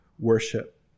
Worship